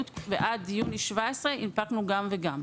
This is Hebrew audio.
עד 1 ביוני 2017 הנפקנו גם וגם.